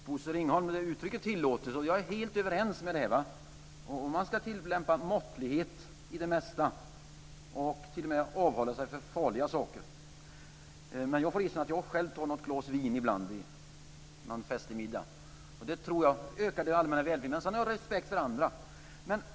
Herr talman! Uttrycket tillåts, Bosse Ringholm! Vi är helt överens. Man ska tillämpa måttlighet i det mesta och t.o.m. avhålla sig från farliga saker. Men jag får erkänna att jag själv tar något glas vin ibland vid någon festlig middag. Det tror jag ökar mitt allmänna välbefinnande. Sedan har jag respekt för andra.